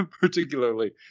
particularly